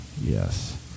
Yes